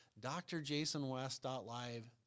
drjasonwest.live